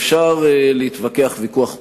אפשר להתווכח ויכוח פוליטי,